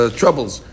troubles